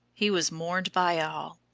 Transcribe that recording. he was mourned by all.